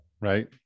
right